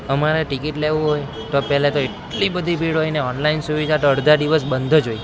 અમારે ટિકિટ લેવી હોય તો પહેલાં તો એટલી બધી ભીડ હોયને ઓનલાઇન સુવિધા તો અડધા દિવસ બંધ જ હોય